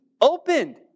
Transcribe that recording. opened